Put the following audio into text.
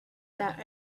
that